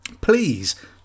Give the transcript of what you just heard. please